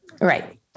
right